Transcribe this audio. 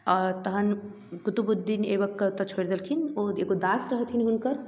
आओर तहन कुतुबुद्दीन ऐबकके ओतय छोड़ि देलखिन ओ एगो दास रहथिन हुनकर